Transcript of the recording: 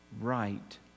right